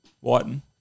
Whiten